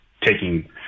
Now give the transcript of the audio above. taking